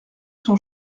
son